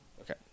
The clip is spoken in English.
Okay